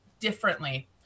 differently